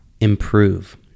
improve